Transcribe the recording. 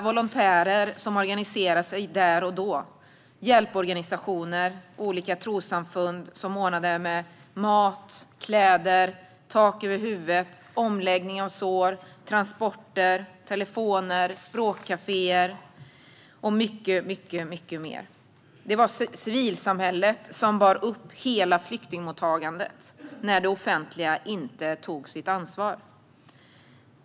Volontärer organiserade sig där och då, och hjälporganisationer och olika trossamfund ordnade med mat, kläder, tak över huvudet, omläggning av sår, transporter, telefoner, språkkaféer och mycket, mycket mer. Det var civilsamhället som bar upp hela flyktingmottagandet när det offentliga inte tog sitt ansvar.